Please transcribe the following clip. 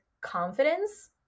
confidence